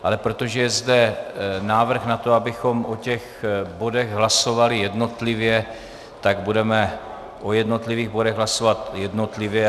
Ale protože je zde návrh na to, abychom o těch bodech hlasovali jednotlivě, tak budeme o jednotlivých bodech hlasovat jednotlivě.